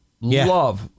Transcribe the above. Love